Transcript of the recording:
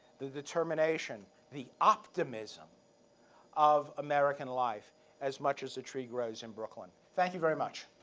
the determination, the optimism of american life as much as a tree grows in brooklyn. thank you very much.